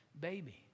baby